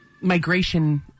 migration